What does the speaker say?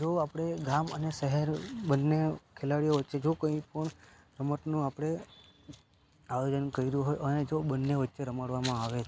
જો આપણે ગામ અને શહેર બંને ખેલાડી વચ્ચે જો કંઈ પણ રમતનો આપણે આયોજન કર્યું હોય અને જો બંને વચ્ચે રમાડવામાં આવે